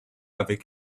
avec